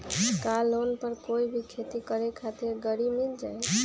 का लोन पर कोई भी खेती करें खातिर गरी मिल जाइ?